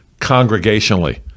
congregationally